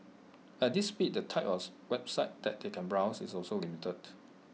at this speed the type of the websites that they can browse is also limited